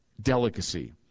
delicacy